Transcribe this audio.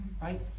Right